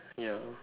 ya